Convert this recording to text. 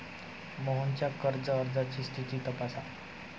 मोहनच्या कर्ज अर्जाची स्थिती तपासा